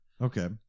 Okay